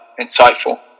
insightful